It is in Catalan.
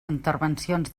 intervencions